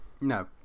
No